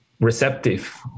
Receptive